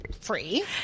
free